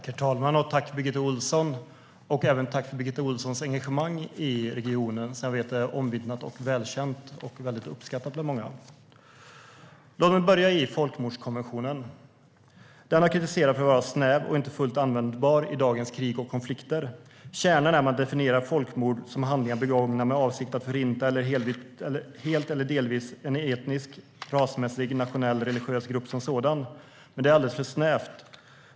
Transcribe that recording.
Herr talman! Jag tackar Birgitta Ohlsson för hennes engagemang i regionen som är omvittnat, välkänt och uppskattat av många. Låt mig börja i folkmordskonventionen. Den har kritiserats för att vara snäv och inte fullt användbar i dagens krig och konflikter. Kärnan är att man definierar folkmord som handlingar begångna med avsikt att helt eller delvis förinta en etnisk, rasmässig, nationell eller religiös grupp som sådan. Detta är alldeles för snävt.